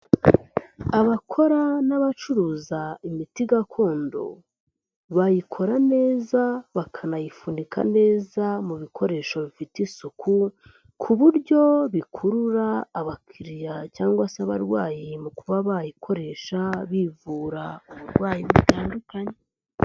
Abakora n'abacuruza imiti gakondo, bayikora neza bakanayifunika neza mu bikoresho bifite isuku, ku buryo bikurura abakiriya cyangwa se abarwayi mu kuba bayikoresha bivura uburwayi butandukanye.